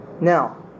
Now